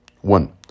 One